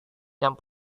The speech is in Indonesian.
yang